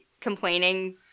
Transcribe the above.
complaining